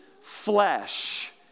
flesh